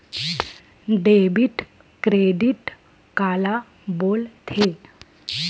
Debit credit काला बोल थे?